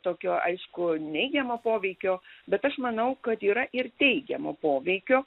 tokio aišku neigiamo poveikio bet aš manau kad yra ir teigiamo poveikio